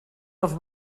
dels